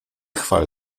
chwal